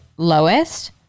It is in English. lowest